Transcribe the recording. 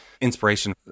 inspiration